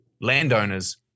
landowners